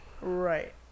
Right